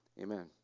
Amen